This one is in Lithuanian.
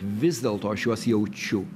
vis dėlto aš juos jaučiu